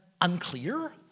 unclear